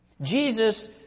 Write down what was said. Jesus